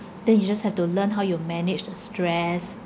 then you just have to learn how you manage the stress